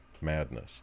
madness